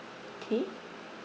okay